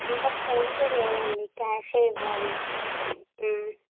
PhonePe లేదండి క్యాషే ఇవ్వాలి